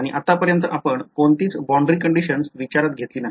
आणि आत्ता पर्यन्त आपण कोणतीच boundary कंडिशन्डस विचारत घेतली नाही